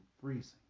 freezing